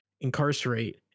incarcerate